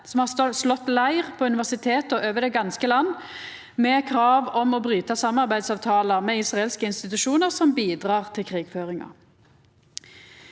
som har slått leir på universiteta over det ganske land, med krav om å bryta samarbeidstavtaler med israelske institusjonar som bidrar til krigføringa.